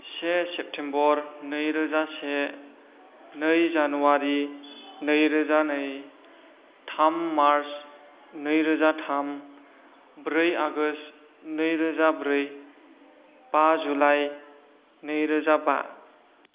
से सेप्तेम्बर नैरोजा से नै जानुवारि नैरोजा नै थाम मार्च नैरोजा थाम ब्रै आगष्ट नैरोजा ब्रै बा जुलाई नैरोजा बा